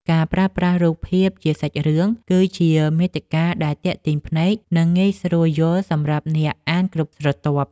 ការប្រើប្រាស់រូបភាពជាសាច់រឿង គឺជាមាតិកាដែលទាក់ទាញភ្នែក និងងាយស្រួលយល់សម្រាប់អ្នកអានគ្រប់ស្រទាប់។